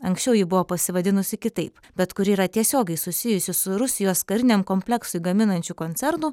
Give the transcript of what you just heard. anksčiau ji buvo pasivadinusi kitaip bet kuri yra tiesiogiai susijusi su rusijos kariniam kompleksui gaminančiu koncernu